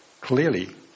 Clearly